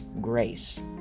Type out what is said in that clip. grace